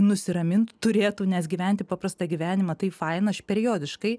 nusiramint turėtų nes gyventi paprastą gyvenimą tai faina aš periodiškai